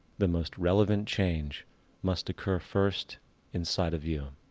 the most relevant change must occur first inside of you.